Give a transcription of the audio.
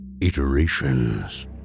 Iterations